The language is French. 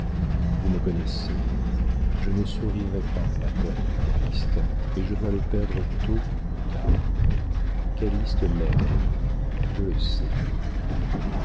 vous me connaissez je ne survivrai pas à la perte de calyste et je dois le perdre tôt ou tard calyste m'aime d'ailleurs je le sais